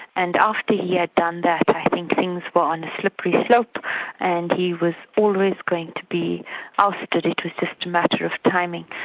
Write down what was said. and after he yeah had done that, i think things were on the slippery slope and he was always going to be ousted, it was just a matter of timing.